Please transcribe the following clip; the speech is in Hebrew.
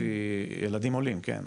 העולים יקבלו פחות,